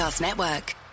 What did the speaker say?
Network